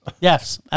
Yes